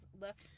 left